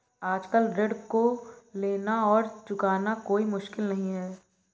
आजकल ऋण को लेना और चुकाना कोई मुश्किल नहीं है